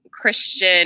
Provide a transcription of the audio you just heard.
Christian